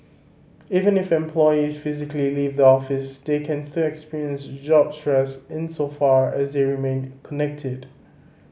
even if employees physically leave the office they can still experience job stress insofar as they remain connected